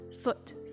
foot